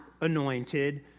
anointed